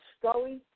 Scully